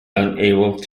unable